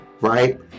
right